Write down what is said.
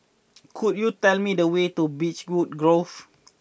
could you tell me the way to Beechwood Grove